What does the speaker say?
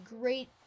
great